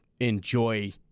enjoy